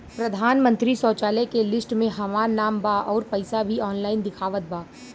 प्रधानमंत्री शौचालय के लिस्ट में हमार नाम बा अउर पैसा भी ऑनलाइन दिखावत बा